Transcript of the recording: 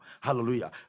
Hallelujah